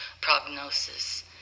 prognosis